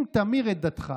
אם תמיר את דתך